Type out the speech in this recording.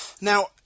Now